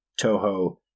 Toho